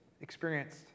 experienced